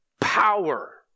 power